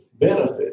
benefit